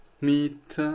meet